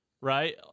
Right